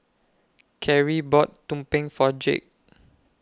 Carie bought Tumpeng For Jake